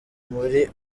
muri